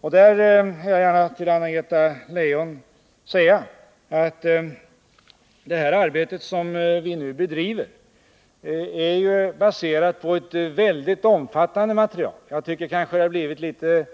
Där vill jag gärna till Anna-Greta Leijon säga att det arbete som vi nu bedriver är baserat på ett mycket omfattande material. Jag tycker att det blivit litet